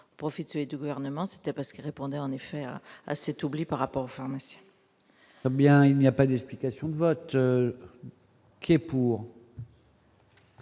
profiter du gouvernement c'était parce qu'il répondait en effet à cet oubli par rapport aux femmes. Eh bien, il n'y a pas d'explication de vote. Qui est pour.